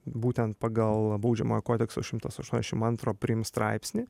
būtent pagal baudžiamojo kodekso šimtas aštuoniasdešimt antro prim straipsnį